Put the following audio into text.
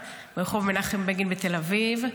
ברח' מנחם בגין בתל אביב.